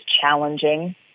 challenging